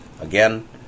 Again